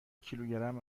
کیلوگرم